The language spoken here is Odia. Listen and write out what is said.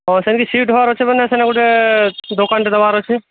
ହଁ ସେମିତି ସିଫ୍ଟ ହେବାର ଅଛି ମାନେ ସେମିତି ଗୋଟେ ଦୋକାନଟେ ଦେବାର ଅଛି